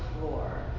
floor